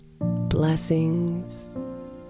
Blessings